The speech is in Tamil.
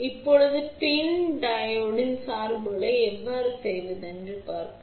இப்போது பின் டையோடின் சார்புகளை எவ்வாறு செய்வது என்று பார்ப்போம்